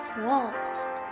Frost